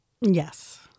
Yes